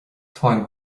táim